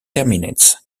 terminates